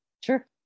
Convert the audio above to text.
Sure